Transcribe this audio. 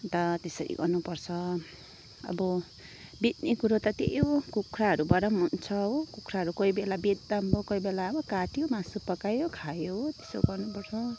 अन्त त्यसरी गर्नुपर्छ अब बेच्ने कुरो त त्यही हो कुखुराहरूबाट पनि हुन्छ हो कुखुराहरू कोही बेला बेच्दा नि भयो कोही बेला काट्यो मासु पकायो खायो हो त्यसो गर्नु पर्छ